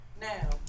Now